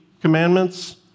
commandments